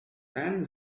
lan